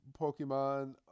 Pokemon